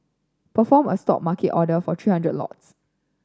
perform a Stop market order for three hundred lots